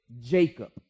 Jacob